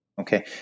Okay